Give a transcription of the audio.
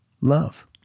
love